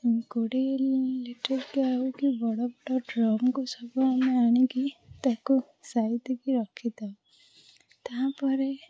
କୋଡ଼ିଏ ଲିଟର୍ କି ଆଉ ବଡ଼ ବଡ଼ ଡ୍ରମ୍କୁ ସବୁ ଆମେ ଆଣିକି ତାକୁ ସାଇତିକି ରଖିଥାଉ ତା'ପରେ